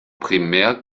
primär